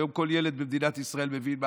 היום כל ילד במדינת ישראל מבין מה